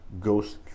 ghost